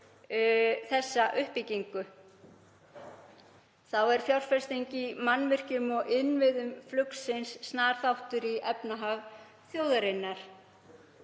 slíka uppbyggingu. Fjárfesting í mannvirkjum og innviðum flugsins er snar þáttur í efnahag þjóðarinnar.